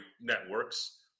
networks